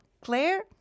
Claire